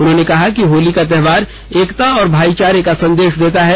उन्होंने कहा कि होली का त्योहार एकता और भाईचारे का संदेश देता है